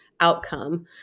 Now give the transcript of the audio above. outcome